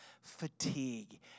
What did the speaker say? fatigue